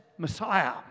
Messiah